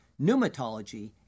Pneumatology